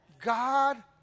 God